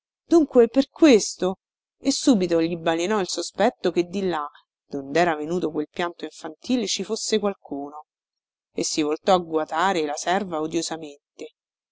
dunque per questo e subito gli balenò il sospetto che di la dondera venuto quel pianto infantile ci fosse qualcuno e si voltò a guatare la serva